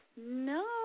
No